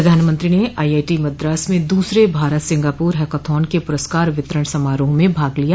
प्रधानमंत्री ने आईआईटी मद्रास में दूसरे भारत सिंगापुर हैकथॉन के पुरस्कार वितरण समारोह में भाग लिया